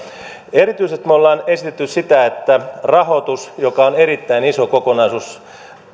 erityisesti me olemme esittäneet sitä että rahoitukseen joka on erittäin iso kokonaisuus